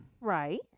Right